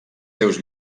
seus